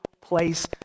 place